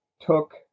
took